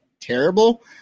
terrible